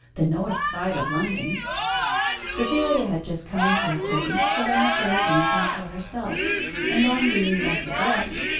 the north side of london cytherea had just come into her presence to learn if there was anything for herself and on being thus addressed,